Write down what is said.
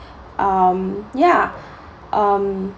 um yeah um